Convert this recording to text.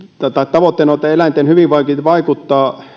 tavoitteena on että eläinten hyvinvointiin vaikuttaa